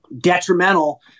detrimental